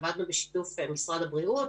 עבדנו בשיתוף משרד הבריאות,